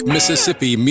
Mississippi